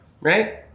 Right